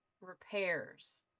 repairs